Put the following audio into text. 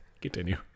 continue